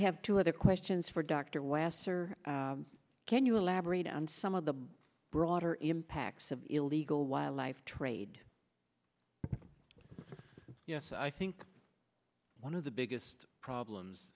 have two other questions for dr lasser can you elaborate on some of the broader impacts of illegal wildlife trade yes i think one of the biggest problems